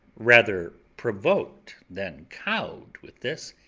rather provoked than cowed with this,